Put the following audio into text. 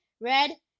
red